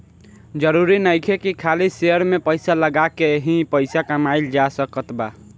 जरुरी नइखे की खाली शेयर में पइसा लगा के ही पइसा कमाइल जा सकत बा